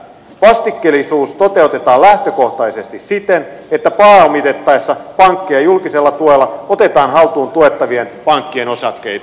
vastikkeellisuus toteutetaan lähtökohtaisesti siten että pääomitettaessa pankkeja julkisella tuella otetaan haltuun tuettavien pankkien osakkeita